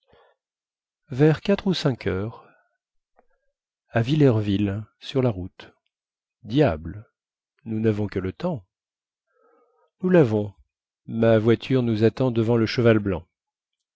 vers quatre ou cinq heures à villerville sur la route diable nous navons que le temps nous lavons ma voiture nous attend devant le